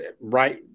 right